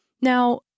Now